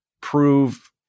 prove